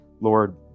Lord